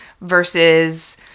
versus